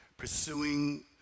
pursuing